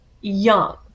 young